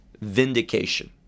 vindication